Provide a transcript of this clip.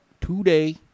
today